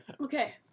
okay